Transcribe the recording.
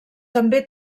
també